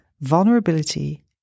vulnerability